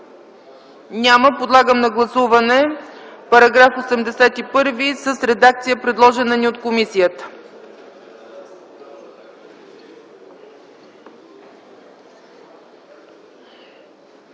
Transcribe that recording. Няма. Подлагам на гласуване § 81 с редакция, предложена ни от комисията.